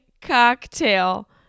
cocktail